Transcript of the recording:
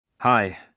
Hi